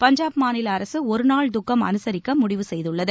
பஞ்சாப் மாநில அரசு ஒரு நாள் துக்கம் அனுசரிக்க முடிவு செய்துள்ளது